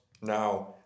now